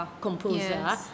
composer